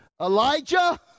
Elijah